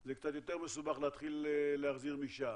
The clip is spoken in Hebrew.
זה קצת יותר מסובך להתחיל להחזיר משם,